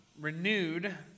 renewed